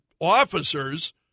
officers